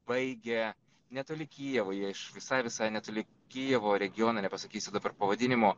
baigė netoli kijevo jie iš visai visai netoli kijevo regiono nepasakysiu dabar pavadinimo